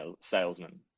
salesman